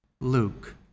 Luke